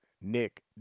Nick